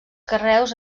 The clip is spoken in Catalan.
carreus